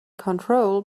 control